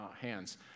hands